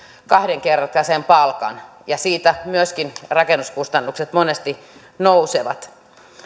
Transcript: kahdenkertaisen palkan verran ja myöskin siitä rakennuskustannukset monesti nousevat